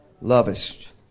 lovest